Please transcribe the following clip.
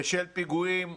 ושל פיגועים,